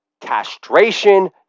Castration